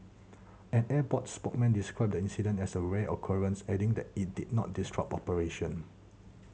an airport spokesman described the incident as a rare occurrence adding that it did not disrupt operation